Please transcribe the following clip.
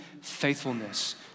faithfulness